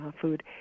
food